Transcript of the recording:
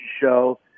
show